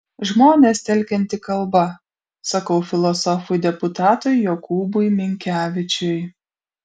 žmones telkianti kalba sakau filosofui deputatui jokūbui minkevičiui